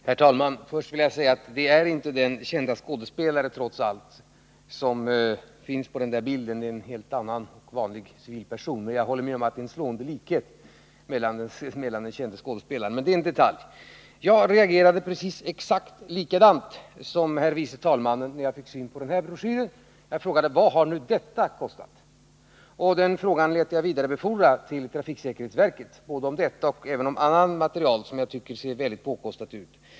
Herr talman! Först vill jag säga att det trots allt inte är den kände skådespelaren som återfinns på den bild det här talades om — det är en helt annan och vanlig civilperson. Jag håller med om att det är en slående likhet mellan den kände skådespelaren och mannen på bilden. Men det är en detalj. Jag reagerade exakt likadant som herr vice talmannen när jag fick syn på den här broschyren. Jag frågade: Vad har nu detta kostat? Den frågan lät jag vidarebefordra till trafiksäkerhetsverket. Det gällde både denna broschyr och annat material som jag tycker ser väldigt påkostat ut.